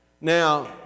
Now